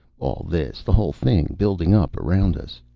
all this, the whole thing, building up around us.